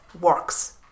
works